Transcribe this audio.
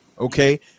Okay